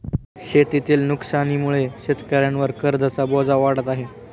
शेतीतील नुकसानीमुळे शेतकऱ्यांवर कर्जाचा बोजा वाढत आहे